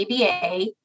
ABA